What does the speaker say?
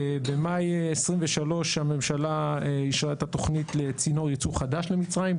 במאי 2023 הממשלה אישרה את התוכנית לצינור ייצוא חדש למצרים.